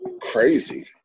crazy